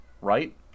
right